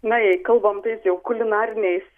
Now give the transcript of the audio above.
na jei kalbam jau kulinariniais